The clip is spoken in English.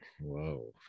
Whoa